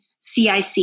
CIC